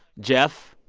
jeff,